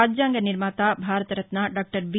రాజ్యాంగ నిర్మాత Bharat Ratna doctor B